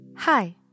Hi